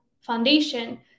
foundation